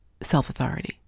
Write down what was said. self-authority